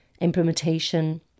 implementation